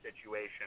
Situation